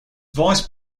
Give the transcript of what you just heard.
vice